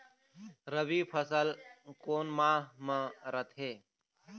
रबी फसल कोन माह म रथे?